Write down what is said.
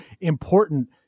important